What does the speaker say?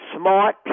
smart